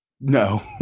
No